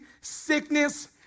sickness